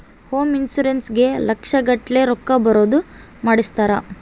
home insurance ಗೇ ಲಕ್ಷ ಗಟ್ಲೇ ರೊಕ್ಕ ಬರೋದ ಮಾಡ್ಸಿರ್ತಾರ